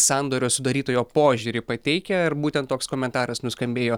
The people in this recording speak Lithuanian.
sandorio sudarytojo požiūrį pateikia ir būtent toks komentaras nuskambėjo